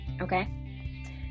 Okay